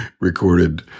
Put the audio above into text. recorded